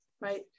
right